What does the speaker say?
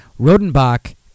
Rodenbach